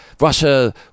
Russia